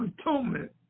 atonement